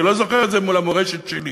אני לא זוכר את זה מול המורשת שלי.